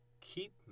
Keep